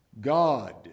God